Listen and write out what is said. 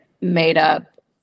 made-up